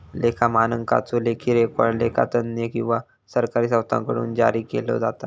लेखा मानकांचो लेखी रेकॉर्ड लेखा तज्ञ किंवा सरकारी संस्थांकडुन जारी केलो जाता